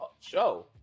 show